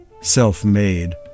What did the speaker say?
self-made